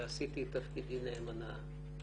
ועשיתי את תפקידי נאמנה.